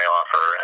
offer